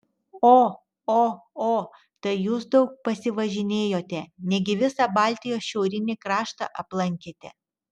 o o o tai jūs daug pasivažinėjote negi visą baltijos šiaurinį kraštą aplankėte